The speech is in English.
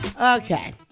Okay